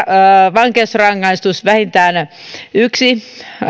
vankeusrangaistus vähintään yksi